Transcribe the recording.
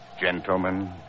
gentlemen